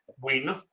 win